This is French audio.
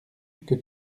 que